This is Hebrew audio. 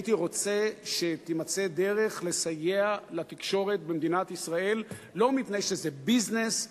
הייתי רוצה שתימצא דרך לסייע לתקשורת במדינת ישראל לא מפני שזה ביזנס,